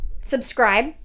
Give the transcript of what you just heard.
subscribe